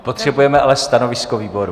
Potřebujeme ale stanovisko výboru.